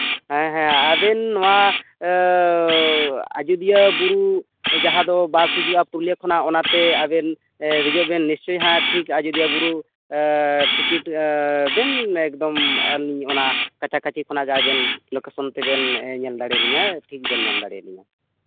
ᱦᱮᱸ ᱦᱮᱸ ᱟᱵᱮᱱ ᱱᱚᱣᱟ ᱟᱡᱚᱫᱤᱭᱟᱹ ᱵᱩᱨᱩ ᱡᱟᱦᱟᱸ ᱫᱚ ᱵᱟᱥ ᱦᱤᱡᱩᱜᱼᱟ ᱯᱩᱨᱩᱞᱤᱭᱟᱹ ᱠᱷᱚᱱᱟᱜ ᱚᱱᱟᱛᱮ ᱟᱵᱮᱱ ᱫᱮᱡᱚᱜ ᱵᱮᱱ ᱱᱤᱥᱪᱚᱭ ᱦᱟᱸᱜ ᱴᱷᱤᱠ ᱟᱡᱚᱫᱤᱭᱟᱹ ᱵᱩᱨᱩ ᱴᱤᱠᱤᱴ ᱵᱮᱱ ᱮᱠᱫᱚᱢ ᱟᱹᱞᱤᱧ ᱚᱱᱟ ᱠᱟᱪᱷᱟ ᱠᱟᱪᱷᱤ ᱠᱷᱚᱱᱟᱜ ᱜᱮ ᱟᱵᱮᱱ ᱞᱳᱠᱮᱥᱚᱱ ᱛᱮᱵᱮᱱ ᱧᱮᱞ ᱫᱟᱲᱮᱭᱟᱞᱤᱧᱟ ᱴᱷᱤᱠᱵᱮᱱ ᱧᱟᱢ ᱫᱟᱲᱮᱭᱟᱞᱤᱧᱟ